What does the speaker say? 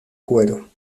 cuero